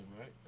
right